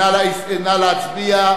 נא להצביע,